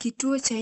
Kituo cha